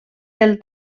del